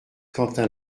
quentin